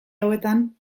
hauetan